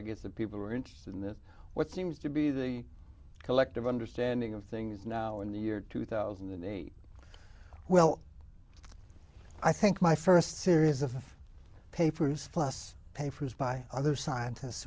i guess the people who are interested in this what seems to be the collective understanding of things now in the year two thousand and eight well i think my st serious offense papers plus pay for is by other scientists